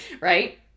right